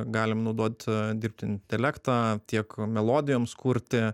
galim naudot dirbtinį intelektą tiek melodijoms kurti